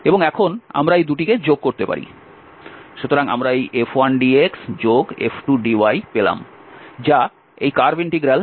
এবং এখন আমরা এই 2 টি কে যোগ করতে পারি সুতরাং আমরা এই F1dxF2dy পেলাম যা এই কার্ভ ইন্টিগ্রাল F⋅dr